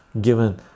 given